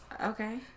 Okay